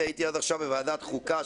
כי הייתי עד עכשיו בוועדת החוקה,